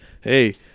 hey